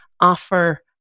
offer